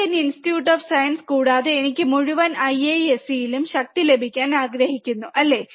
Indian Institute of Science കൂടാതെ എനിക്ക് മുഴുവൻ IIScയിലും ശക്തി ലഭിക്കാൻ ആഗ്രഹിക്കുന്നു അല്ലേ